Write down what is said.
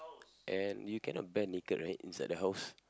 and you cannot bare naked right inside the house